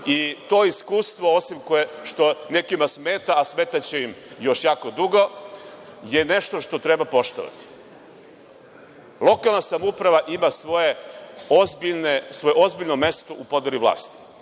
i to iskustvo, osim što nekima smeta, a smetaće im još jako dugo, je nešto što treba poštovati. Lokalna samouprava ima svoje ozbiljno mesto u podeli vlasti.